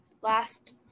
last